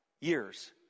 years